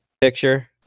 picture